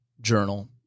journal